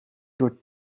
door